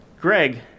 Greg